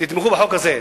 תתמכו בחוק הזה.